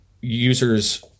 users